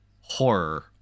horror